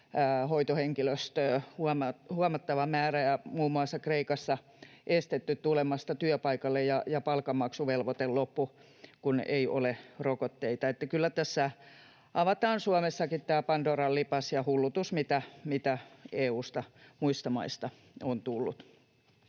hoitohenkilöstöä huomattava määrä ja muun muassa Kreikassa estetty tulemasta työpaikalle ja palkanmaksuvelvoite loppui, kun ei ole rokotteita, eli kyllä tässä avataan Suomessakin tämä pandoran lipas ja hullutus, mitä EU:n muista maista on tullut.